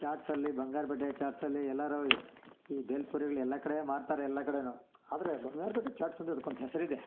ಚಾಟ್ಸಲ್ಲಿ ಬಂಗಾರಪೇಟೆ ಚಾಟ್ಸಲ್ಲಿ ಎಲ್ಲರು ಈ ಭೇಲ್ ಪುರಿಗಳು ಎಲ್ಲಾ ಕಡೆ ಮಾರ್ತಾರೆ ಎಲ್ಲ ಕಡೇನೂ ಆದರೆ ಬಂಗಾರಪೇಟೆ ಚಾಟ್ಸ್ ಅಂದರೆ ಅದಕ್ಕೊಂದು ಹೆಸರಿದೆ